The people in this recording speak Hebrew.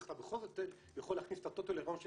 איך אתה בכל זאת יכול להכניס את הטוטו ל --- של